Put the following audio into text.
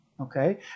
okay